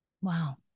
Wow